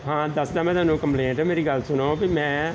ਹਾਂ ਦੱਸਦਾ ਮੈਂ ਤੁਹਾਨੂੰ ਕੰਪਲੇਂਟ ਮੇਰੀ ਗੱਲ ਸੁਣੋ ਵੀ ਮੈਂ